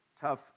tough